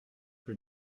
que